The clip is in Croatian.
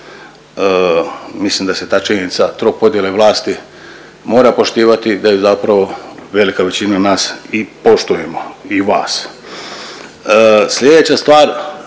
Mislim da se ta činjenica tropodjele vlasti mora poštivati, da ju zapravo velika većina nas i poštujemo i vas.